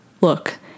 look